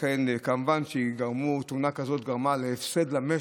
כמובן שתאונה כזאת גרמה להפסד למשק,